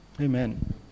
amen